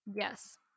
Yes